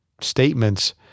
statements